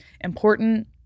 important